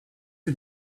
can